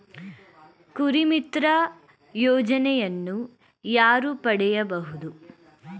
ಕುರಿಮಿತ್ರ ಯೋಜನೆಯನ್ನು ಯಾರು ಪಡೆಯಬಹುದು?